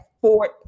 Fort